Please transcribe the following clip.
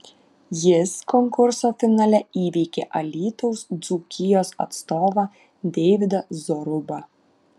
jis konkurso finale įveikė alytaus dzūkijos atstovą deividą zorubą